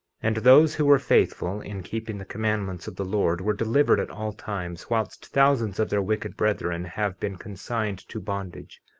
and those who were faithful in keeping the commandments of the lord were delivered at all times, whilst thousands of their wicked brethren have been consigned to bondage,